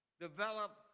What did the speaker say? Develop